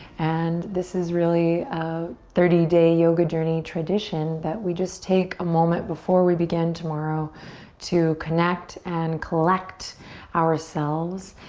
and this is really a thirty day yoga journey tradition that we just take a moment before we begin tomorrow to connect and collect ourselves.